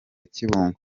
kibungo